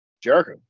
Jericho